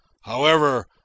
However